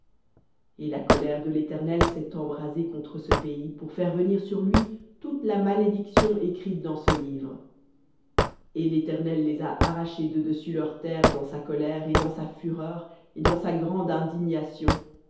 et la colère de l'éternel s'est embrasée contre ce pays pour faire venir sur lui toute la malédiction écrite dans ce livre et l'éternel les a arrachés de dessus leur terre dans colère et dans fureur et dans grande indignation